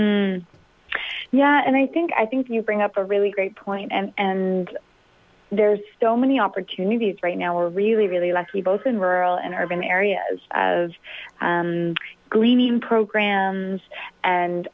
foods yeah and i think i think you bring up a really great point and and there's so many opportunities right now are really really lucky both in rural and urban areas of greening program and